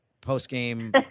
post-game